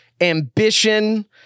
Ambition